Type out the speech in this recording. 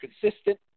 consistent